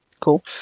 cool